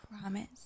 promise